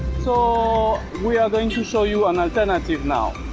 so we are going to show you an alternative now.